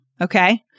Okay